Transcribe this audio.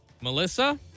Melissa